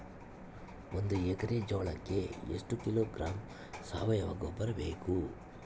ಒಂದು ಎಕ್ಕರೆ ಜೋಳಕ್ಕೆ ಎಷ್ಟು ಕಿಲೋಗ್ರಾಂ ಸಾವಯುವ ಗೊಬ್ಬರ ಬೇಕು?